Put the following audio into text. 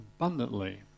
abundantly